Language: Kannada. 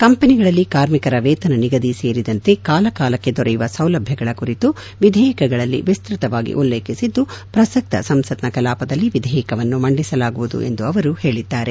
ಕಂಪನಗಳಲ್ಲಿ ಕಾರ್ಮಿಕರ ವೇತನ ನಿಗದಿ ಸೇರಿದಂತೆ ಕಾಲ ಕಾಲಕ್ಷೆ ದೊರೆಯುವ ಸೌಲಭ್ಯಗಳ ಕುರಿತು ವಿಧೇಯಕಗಳಲ್ಲಿ ವಿಸ್ತಕವಾಗಿ ಉಲ್ಲೇಖಿಸಿದ್ದು ಪ್ರಸಕ್ತ ಸಂಸತ್ನ ಕಲಾಪದಲ್ಲಿ ವಿಧೇಯಕವನ್ನು ಮಂಡಿಸಲಾಗುವುದು ಎಂದು ಅವರು ಹೇಳಿದರು